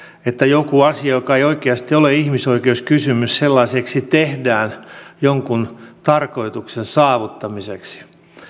että joku asia joka ei oikeasti ole ihmisoikeuskysymys sellaiseksi tehdään jonkun tarkoituksen saavuttamiseksi